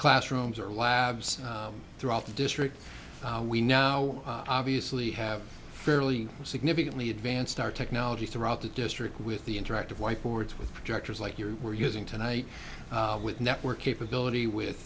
classrooms or labs throughout the district we now obviously have fairly significantly advanced our technology throughout the district with the interactive whiteboards with projectors like you were using tonight with network capability with